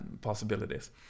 possibilities